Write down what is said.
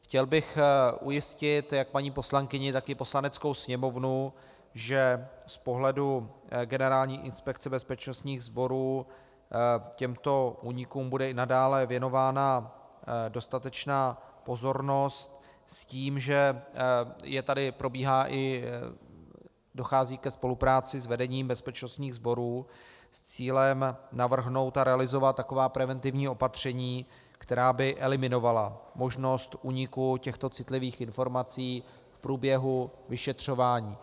Chtěl bych ujistit jak paní poslankyni, tak i Poslaneckou sněmovnu, že z pohledu Generální inspekce bezpečnostních sborů těmto únikům bude i nadále věnována dostatečná pozornost s tím, že tady dochází i ke spolupráci s vedením bezpečnostních sborů s cílem navrhnout a realizovat taková preventivní opatření, která by eliminovala možnost úniku těchto citlivých informací v průběhu vyšetřování.